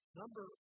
number